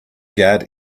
guard